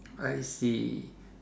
I see